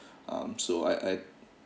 um so I I